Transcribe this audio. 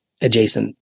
adjacent